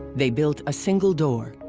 they built a single door.